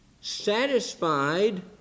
Satisfied